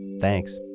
Thanks